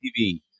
TV